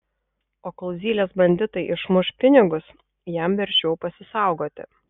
o kol zylės banditai išmuš pinigus jam verčiau pasisaugoti